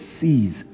sees